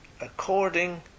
according